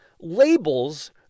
labels